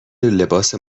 لباس